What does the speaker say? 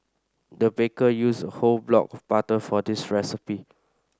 the baker used a whole block of butter for this recipe